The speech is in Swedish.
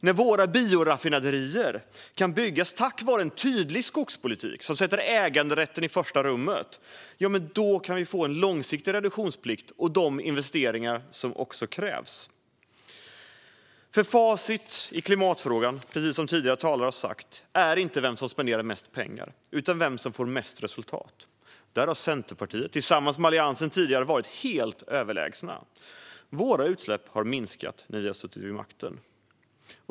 När våra bioraffinaderier kan byggas tack vare en tydlig skogspolitik som sätter äganderätten i första rummet kan vi få en långsiktig reduktionsplikt och de investeringar som krävs. Facit i klimatfrågan är, precis som tidigare talare har sagt, inte vem som spenderar mest pengar utan vem som får mest resultat. Där har Centerpartiet tillsammans med Alliansen tidigare varit helt överlägsna. Sveriges utsläpp har minskat när vi har suttit vid makten.